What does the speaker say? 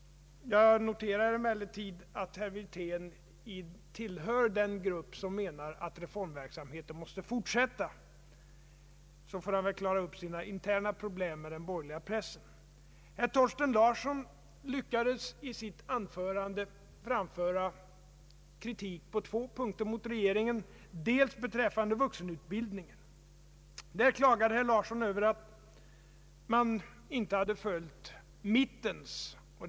Jag noterar emellertid att herr Wirtén tillhör den grupp som menar att reformverksamheten måste fortsätta — sedan får han väl klara upp de interna problemen med den borgerliga pressen. Herr Thorsten Larsson lyckades i sitt anförande framföra kritik mot regeringen på två punkter. Beträffande vuxenutbildningen klagade herr Larsson över att regeringen inte hade följt mittens förslag om en parlamentarisk utredning.